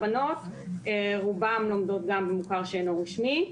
הבנות, רובן לומדות גם במוכר שאינו רשמי.